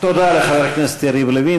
תודה לחבר הכנסת יריב לוין,